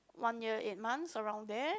one year eight months around there